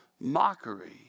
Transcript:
mockery